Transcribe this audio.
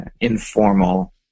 informal